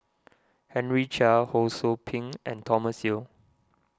Henry Chia Ho Sou Ping and Thomas Yeo